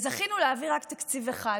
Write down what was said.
זכינו להעביר רק תקציב אחד,